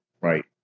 right